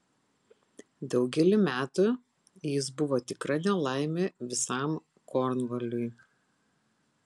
daugelį metų jis buvo tikra nelaimė visam kornvaliui